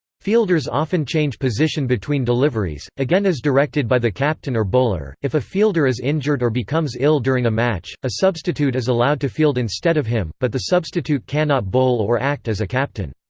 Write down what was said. fielders often change position between deliveries, again as directed by the captain or bowler if a fielder is injured or becomes ill during a match, a substitute is allowed to field instead of him, but the substitute cannot bowl or act as a captain.